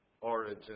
origin